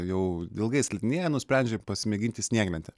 jau ilgai slidinėja nusprendžia pasimėginti snieglentę